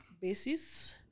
basis